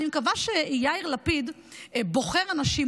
אני מקווה שיאיר לפיד בוחר אנשים,